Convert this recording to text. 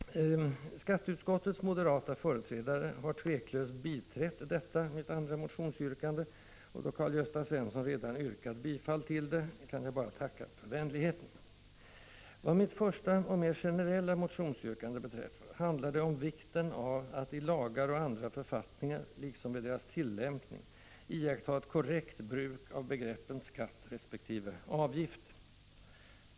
Skatteutskottets moderata företrädare har tveklöst biträtt detta mitt andra motionsyrkande, och då Karl-Gösta Svenson redan yrkat bifall till det kan jag bara tacka för vänligheten. Vad mitt första och mera generella yrkande beträffar handlar det om vikten av att i lagar och andra författningar liksom vid deras tillämpning iaktta ett korrekt bruk av begreppen ”skatt” resp. ”avgift”.